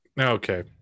Okay